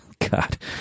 God